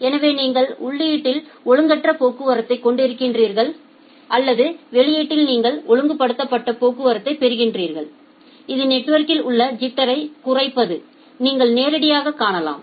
எனவே நீங்கள் உள்ளீட்டில் ஒழுங்கற்ற போக்குவரத்தை கொண்டிருக்கிறீர்கள் மற்றும் வெளியீட்டில் நீங்கள் ஒழுங்குபடுத்தப்பட்ட போக்குவரத்தைப் பெறுகிறீர்கள் இது நெட்வொர்கில் உள்ள ஐிட்டரை குறைப்பதை நீங்கள் நேரடியாகக் காணலாம்